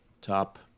top